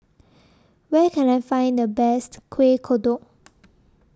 Where Can I Find The Best Kuih Kodok